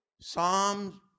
Psalms